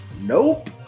Nope